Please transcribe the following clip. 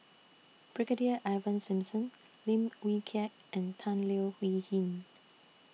Brigadier Ivan Simson Lim Wee Kiak and Tan Leo Wee Hin